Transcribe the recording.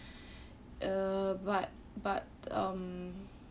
uh but but um